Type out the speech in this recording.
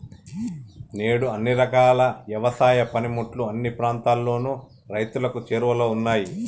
నేడు అన్ని రకాల యవసాయ పనిముట్లు అన్ని ప్రాంతాలలోను రైతులకు చేరువలో ఉన్నాయి